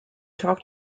talk